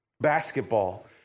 Basketball